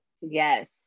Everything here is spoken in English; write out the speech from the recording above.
Yes